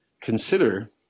consider